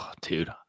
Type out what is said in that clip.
Dude